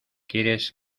quieres